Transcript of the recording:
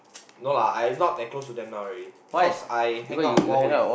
no lah I not that close to them now already cause I hang out more with